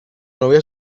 novia